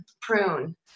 prune